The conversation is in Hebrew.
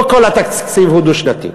לא כל התקציב הוא דו-שנתי.